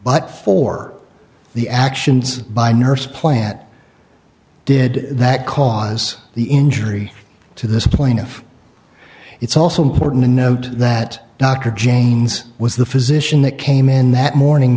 but for the actions by nurse plant did that cause the injury to the plaintiff it's also important to note that dr james was the physician that came in that morning